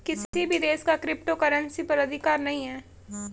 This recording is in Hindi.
किसी भी देश का क्रिप्टो करेंसी पर अधिकार नहीं है